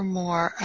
more